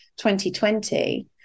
2020